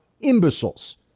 imbeciles